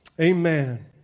amen